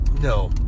No